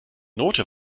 note